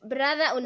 Brother